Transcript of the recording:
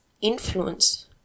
influence